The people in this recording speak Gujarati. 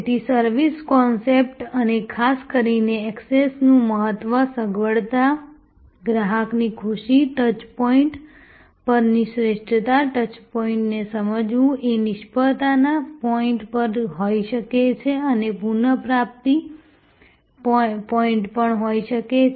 તેથી સર્વિસ કોન્સેપ્ટ અને ખાસ કરીને એક્સેસનું મહત્વ સગવડતા ગ્રાહકની ખુશી ટચ પોઈન્ટ પરની શ્રેષ્ઠતા ટચ પોઈન્ટને સમજવું એ નિષ્ફળતાના પોઈન્ટ પણ હોઈ શકે છે અને પુનઃપ્રાપ્તિ પોઈન્ટ પણ હોઈ શકે છે